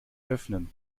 öffnen